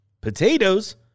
potatoes